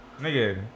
Nigga